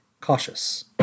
cautious